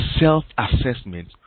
self-assessment